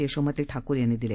यशोमती ठाकूर यांनी दिले